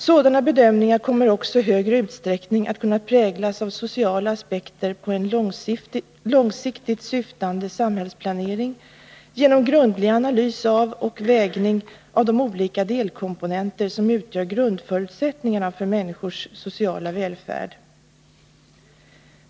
Sådana bedömningar kommer också i högre utsträckning att kunna präglas av sociala aspekter på en långsiktigt syftande samhällsplanering genom grundlig analys och vägning av de olika delkomponenter som utgör grundförutsättningarna för människors sociala välfärd.